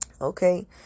okay